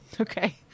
Okay